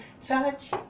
touch